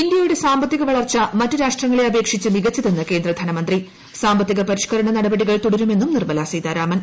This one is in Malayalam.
ഇന്തൃയുടെ സാമ്പത്തിക വളർച്ച മറ്റ് രാഷ്ട്രങ്ങളെ അപേക്ഷിച്ച് മികച്ചതെന്ന് കേന്ദ്ര ധനമന്ത്രി സാമ്പത്തിക പരിഷ്കരണ നടപടികൾ തുടരുമെന്നും നിർമലാ സീതാരാമൻ